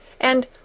and—